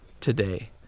today